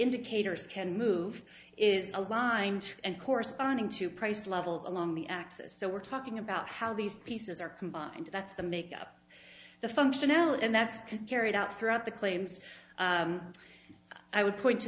indicators can move is aligned and corresponding to price levels along the axis so we're talking about how these pieces are combined that's the make up the functional and that's carried out throughout the claims i would point to